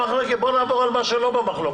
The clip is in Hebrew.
אבל בואו נעבור על מה שלא במחלוקת.